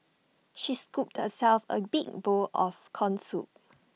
she scooped herself A big bowl of Corn Soup